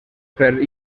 per